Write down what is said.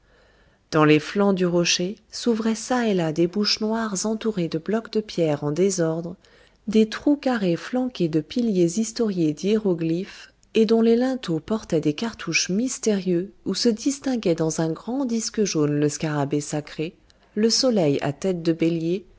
dans les flancs du rocher s'ouvraient ça et là des bouches noires entourées de blocs de pierre en désordre des trous carrés flanqués de piliers historiés d'hiéroglyphes et dont les linteaux portaient des cartouches mystérieux où se distinguaient dans un grand disque jaune le scarabée sacré le soleil à tête de bélier